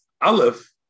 Aleph